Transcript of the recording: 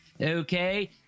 okay